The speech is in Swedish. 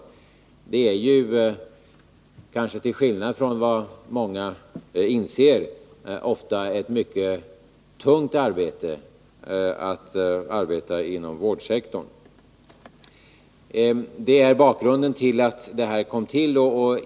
Inom vårdsektorn är det — kanske till skillnad från vad många anser — ofta fråga om ett mycket tungt arbete. Det är bakgrunden till att reglerna kom till.